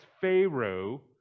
Pharaoh